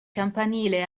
campanile